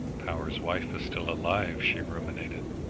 power's wife is still alive, she ruminated.